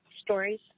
Stories